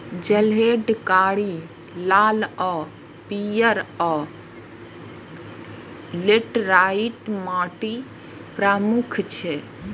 जलोढ़, कारी, लाल आ पीयर, आ लेटराइट माटि प्रमुख छै